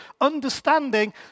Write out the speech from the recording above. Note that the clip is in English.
understanding